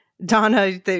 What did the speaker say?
Donna